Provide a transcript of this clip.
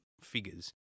figures